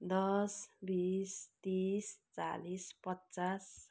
दस बिस तिस चालिस पचास